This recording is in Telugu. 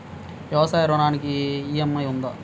వ్యవసాయ ఋణానికి ఈ.ఎం.ఐ ఉందా?